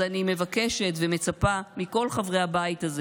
אני מבקשת ומצפה מכל חברי הבית הזה,